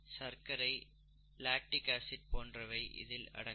சர்க்கரை lactic acid போன்றவை இதில் அடங்கும்